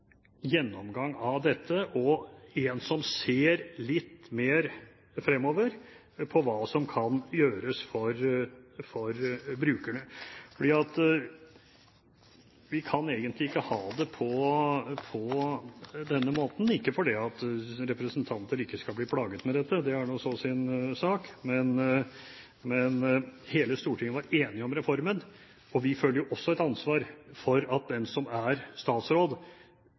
som ser litt mer fremover på hva som kan gjøres for brukerne. Vi kan egentlig ikke ha det på denne måten, ikke fordi representanter ikke skal bli plaget med dette – det er jo så sin sak – men hele Stortinget var enige om reformen, og vi føler også et ansvar for at den som er statsråd,